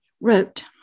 wrote